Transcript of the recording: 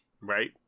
Right